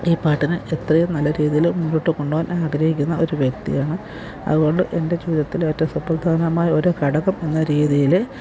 ഈ പാട്ടിനെ എത്രയും നല്ല രീതിയില് മുന്നോട്ട് കൊണ്ടുപോകാൻ ആഗ്രഹിക്കുന്ന ഒരു വ്യക്തിയാണ് അതുകൊണ്ട് എൻ്റെ ജീവിതത്തില് ഏറ്റവും സുപ്രധാനമായൊരു ഘടകം എന്ന രീതിയില്